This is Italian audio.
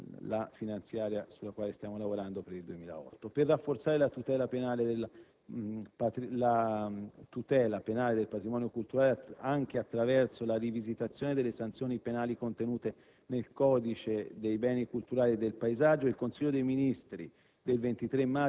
garantire una idonea conservazione delle opere. Per rafforzare la tutela penale del patrimonio culturale anche attraverso la rivisitazione delle sanzioni penali contenute nel codice dei beni culturali e del paesaggio, il Consiglio dei Ministri